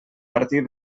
partir